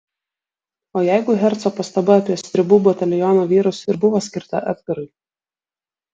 o jeigu herco pastaba apie stribų bataliono vyrus ir buvo skirta edgarui